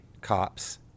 cops